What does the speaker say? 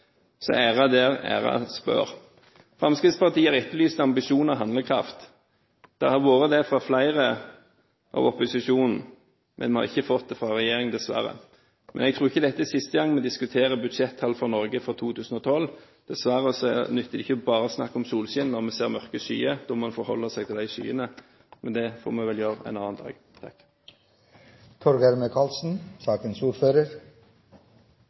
Så æres den som æres bør. Fremskrittspartiet har etterlyst ambisjoner og handlekraft. Det har vært det for flere i opposisjonen, men vi har ikke fått det fra regjeringen, dessverre. Men jeg tror ikke dette er siste gangen vi diskuterer budsjettall for Norge for 2012. Dessverre nytter det ikke bare å snakke om solskinn når vi ser mørke skyer, da må vi forholde oss til skyene, men det får vi vel gjøre en annen dag.